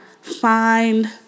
find